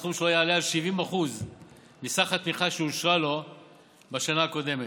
בסכום שלא יעלה על 70% מסך התמיכה שאושרה לו בשנה הקודמת.